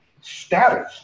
status